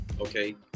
Okay